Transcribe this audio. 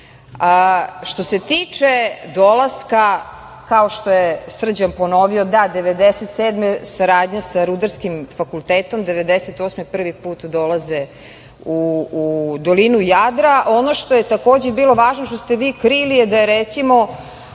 se tiče dolaska kao što je Srđan ponovio, da, 1997. saradnja sa Rudarskim fakultetom, 1998. prvi put dolaze u dolinu Jadra. Ono što je takođe bilo važno, što ste vi krili, je da je recimo